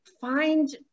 find